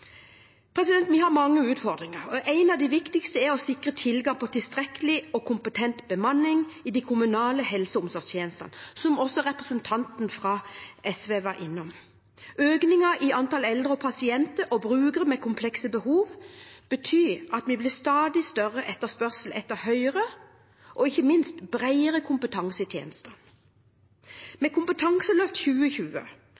Vi har mange utfordringer. En av de viktigste er å sikre tilgang på tilstrekkelig og kompetent bemanning i de kommunale helse- og omsorgstjenestene, som også representanten fra SV var innom. Økningen i antall eldre og pasienter og brukere med komplekse behov betyr at det blir stadig større etterspørsel etter høyere og ikke minst bredere kompetanse i